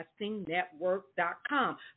castingnetwork.com